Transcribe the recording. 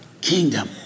kingdom